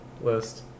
list